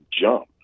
jump